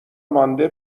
مانده